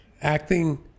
Acting